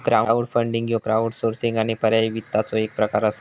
crowdfunding ह्य crowdsourcing आणि पर्यायी वित्ताचो एक प्रकार असा